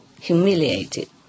humiliated